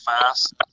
fast